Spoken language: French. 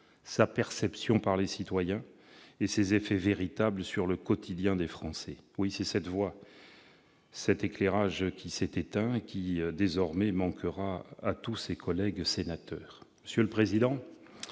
sa perception par les citoyens et ses effets véritables sur le quotidien des Français, oui, c'est cette voix qui s'est tue, cet éclairage qui s'est éteint et qui désormais manquera à tous ses collègues sénateurs. Monsieur le président,